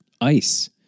ice